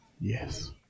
Yes